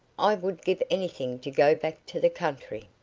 i would give anything to go back to the country.